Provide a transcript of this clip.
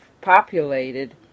populated